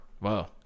Wow